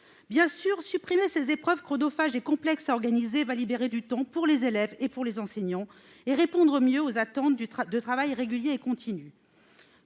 Bien sûr, supprimer ces épreuves chronophages et complexes à organiser va libérer du temps pour les élèves et les enseignants, et répondre mieux aux attentes de travail régulier et continu.